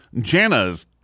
Jana's